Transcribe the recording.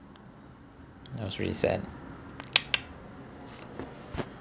that was really sad